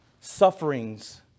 sufferings